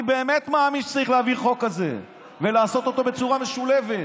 אני באמת מאמין שצריך להעביר חוק כזה ולעשות אותו בצורה משולבת.